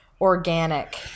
organic